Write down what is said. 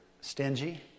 stingy